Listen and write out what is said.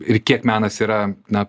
ir kiek menas yra na